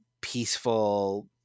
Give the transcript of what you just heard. peaceful